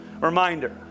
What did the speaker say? reminder